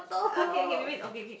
okay okay maybe okay okay